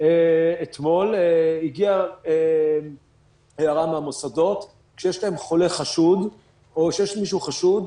אתמול הגיעה הערה מהמוסדות: כשיש להם חולה חשוד או שיש מישהו חשוד,